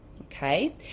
okay